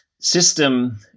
system